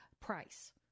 price